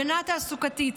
הגנה תעסוקתית,